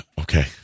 Okay